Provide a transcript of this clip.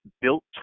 built